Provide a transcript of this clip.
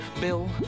Bill